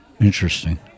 Interesting